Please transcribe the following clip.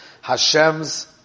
Hashem's